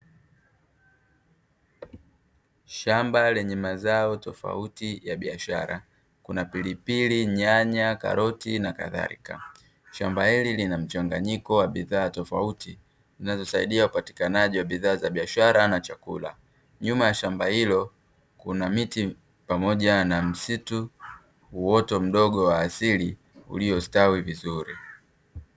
Shamba lenye mazao tofauti ya biashara kuna pilipili, nyanya, karoti na kadhalika, shamba hili lina mchanganyiko wa bidhaa tofauti zinazosaidia upatikanaji wa bidhaa za biashara na chakula, nyuma ya shamba hilo kuna miti pamoja na msitu wote mdogo wa asili uliostawi vizuri.